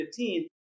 2015